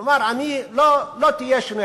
כלומר, לא יהיה שינוי.